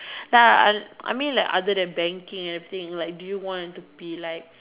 uh I I mean like other than banking everything like do you want to be like